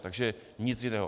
Takže nic jiného.